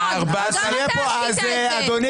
4 בעד,